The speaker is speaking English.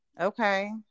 Okay